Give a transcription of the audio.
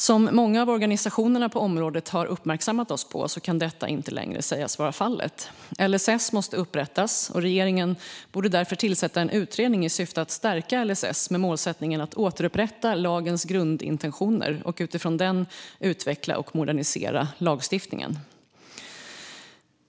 Som många av organisationerna på området har uppmärksammat oss på kan detta inte längre sägas vara fallet. LSS måste återupprättas. Regeringen borde därför tillsätta en utredning i syfte att stärka LSS med målsättningen att återupprätta lagens grundintentioner och utifrån det utveckla och modernisera lagstiftningen.